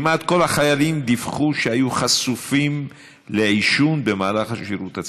כמעט כל החיילים דיווחו שהיו חשופים לעישון במהלך השירות הצבאי.